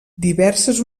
diverses